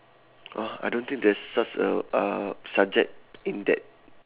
ah I don't think there's such a uh subject in that